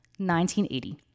1980